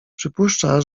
przypuszcza